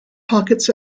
pockets